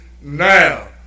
now